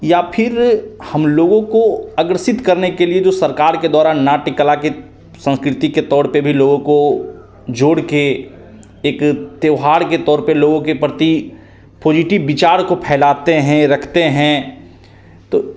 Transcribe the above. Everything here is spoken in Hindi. या फिर हम लोगों को अग्रसित करने के लिए जो सरकार के द्वारा नाट्य कला के संस्कृति के तौर पे भी लोगों को जोड़के एक त्यौहार के तौर पे लोगों के प्रति पोजिटिब विचार को फैलाते हैं रखते हैं तो